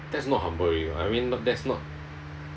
that's not humble already I mean that's not